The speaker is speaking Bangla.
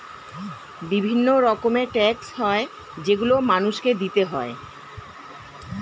বিভিন্ন রকমের ট্যাক্স হয় যেগুলো মানুষকে দিতে হয়